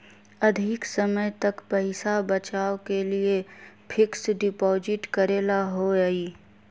अधिक समय तक पईसा बचाव के लिए फिक्स डिपॉजिट करेला होयई?